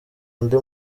undi